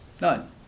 None